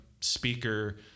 speaker